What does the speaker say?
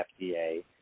FDA